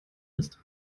ist